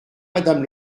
madame